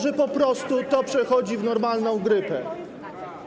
Że po prostu to przechodzi w normalną grypę.